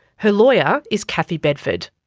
her lawyer is kathy bedford.